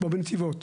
כמו בנתיבות.